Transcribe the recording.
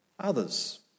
others